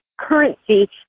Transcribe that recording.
currency